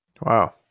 wow